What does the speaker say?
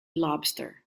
lobster